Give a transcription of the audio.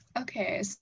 okay